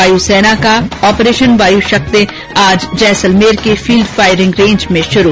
वायु सेना का ऑपरेशन वायुशक्ति आज जैसलमेर के फील्ड फायरिंग रेंज में शुरू